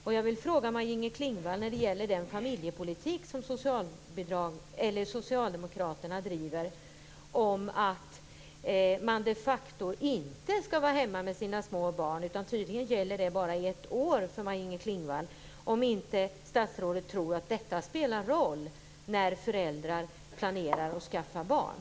Jag har en fråga till Maj-Inger Klingvall angående den familjepolitik som Socialdemokraterna driver. Man skall de facto inte vara hemma med sina små barn. Detta gäller tydligen bara i ett år för Maj-Inger Klingvall. Tror inte statsrådet att detta spelar någon roll för föräldrar som planerar att skaffa barn?